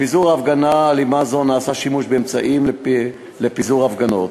לפיזור הפגנה אלימה זו נעשה שימוש באמצעים לפיזור הפגנות.